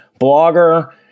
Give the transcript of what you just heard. blogger